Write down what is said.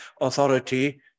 authority